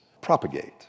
propagate